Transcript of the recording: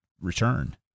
return